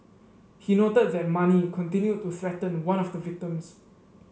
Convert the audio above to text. he noted that Mani continued to threaten one of the victims